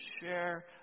share